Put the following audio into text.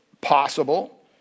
possible